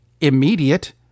immediate